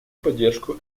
поддержку